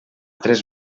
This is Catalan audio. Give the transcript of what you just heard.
tres